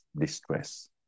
distress